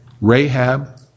Rahab